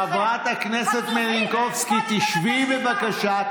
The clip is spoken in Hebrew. חברת הכנסת מלינובסקי, תשבי, בבקשה.